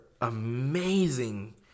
amazing